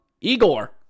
Igor